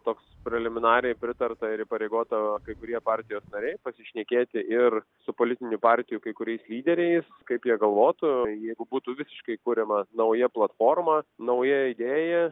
toks preliminariai pritarta ir įpareigota kai kurie partijos nariai pasišnekėti ir su politinių partijų kai kuriais lyderiais kaip jie galvotų jeigu būtų visiškai kuriama nauja platforma nauja idėja